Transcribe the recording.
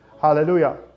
Hallelujah